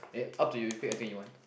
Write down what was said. ya up to you pick anything you want